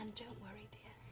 don't worry dear.